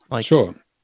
Sure